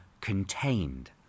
contained